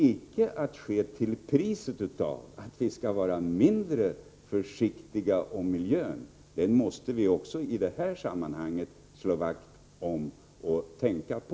Men det får icke ske till priset av en minskad försiktighet i fråga om miljön. Den måste vi också i det här sammanhanget slå vakt om och tänka på.